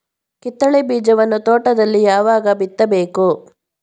ಕಿತ್ತಳೆ ಬೀಜವನ್ನು ತೋಟದಲ್ಲಿ ಯಾವಾಗ ಬಿತ್ತಬೇಕು?